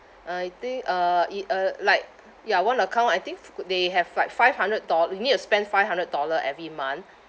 I think uh i~ uh like ya one account I think f~ they have like five hundred doll~ you need to spend five hundred dollar every month